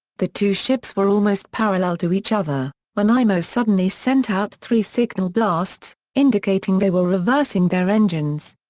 the two ships were almost parallel to each other, when imo suddenly sent out three signal blasts, indicating they were reversing their engines.